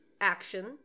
action